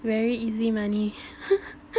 very easy money